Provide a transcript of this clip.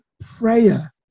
prayer